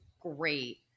great